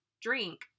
drink